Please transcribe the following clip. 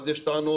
אז יש טענות,